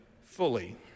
fully